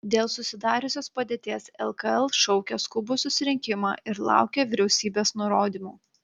dėl susidariusios padėties lkl šaukia skubų susirinkimą ir laukia vyriausybės nurodymų